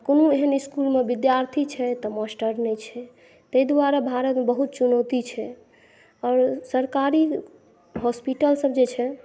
आ कोनो एहेन इसकुलमे विद्यार्थी छै तऽ मास्टर नहि छै तै दुआरे भारतमे बहुत चुनौती छै आओर सरकारी हॉस्पिटल सब जे छै